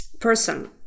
person